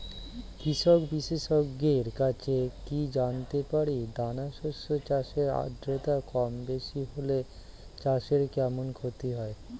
কৃষক বিশেষজ্ঞের কাছে কি জানতে পারি দানা শস্য চাষে আদ্রতা কমবেশি হলে চাষে কেমন ক্ষতি হয়?